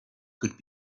could